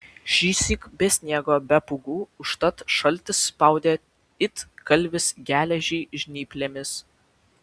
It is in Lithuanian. šįsyk be sniego be pūgų užtat šaltis spaudė it kalvis geležį žnyplėmis